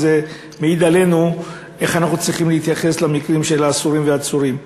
וזה מעיד עלינו איך אנחנו צריכים להתייחס למקרים של האסורים והעצורים.